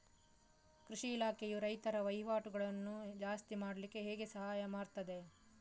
ಕೃಷಿ ಇಲಾಖೆಯು ರೈತರ ವಹಿವಾಟುಗಳನ್ನು ಜಾಸ್ತಿ ಮಾಡ್ಲಿಕ್ಕೆ ಹೇಗೆ ಸಹಾಯ ಮಾಡ್ತದೆ?